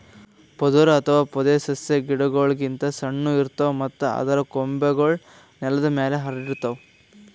ಪೊದರು ಅಥವಾ ಪೊದೆಸಸ್ಯಾ ಗಿಡಗೋಳ್ ಗಿಂತ್ ಸಣ್ಣು ಇರ್ತವ್ ಮತ್ತ್ ಅದರ್ ಕೊಂಬೆಗೂಳ್ ನೆಲದ್ ಮ್ಯಾಲ್ ಹರ್ಡಿರ್ತವ್